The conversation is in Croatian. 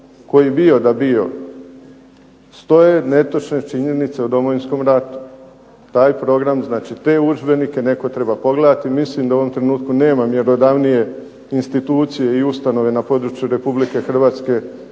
koji bio da bio, stoje netočne činjenice o Domovinskom ratu. Taj program, znači te udžbenike netko treba pogledati. Mislim da u ovom trenutku nema mjerodavnije institucije i ustanove na području Republike Hrvatske